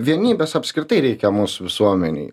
vienybės apskritai reikia mūsų visuomenėj